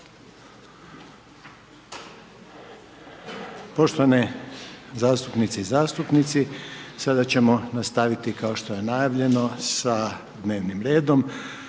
Poštovane zastupnice i zastupnici sada ćemo nastaviti kao što je najavljeno sa dnevnim redom